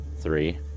three